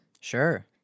Sure